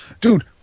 dude